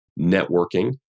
networking